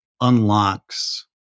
unlocks